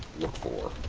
lookfor.